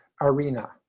arena